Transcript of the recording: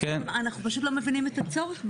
אנחנו פשוט לא מבינים את הצורך בהם,